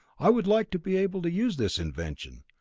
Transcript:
i would like to be able to use this invention.